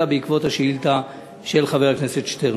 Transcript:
אלא בעקבות השאילתה של חבר הכנסת שטרן.